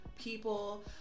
people